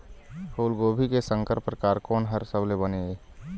फूलगोभी के संकर परकार कोन हर सबले बने ये?